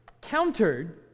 countered